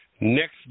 Next